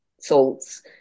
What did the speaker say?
salts